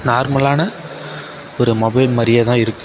நார்மலான ஒரு மொபைல் மாதிரியே தான் இருக்கு